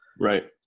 right